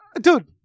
dude